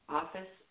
office